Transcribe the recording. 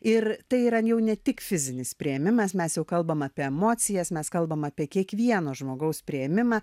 ir tai yra jau ne tik fizinis priėmimas mes jau kalbame apie emocijas mes kalbam apie kiekvieno žmogaus priėmimą